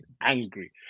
Angry